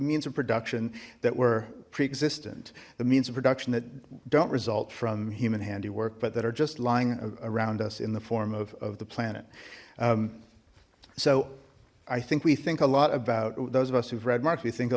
means of production that were pre existent the means in production that don't result from human handiwork but that are just lying around us in the form of the planet so i think we think a lot about those of us who've read marx we think a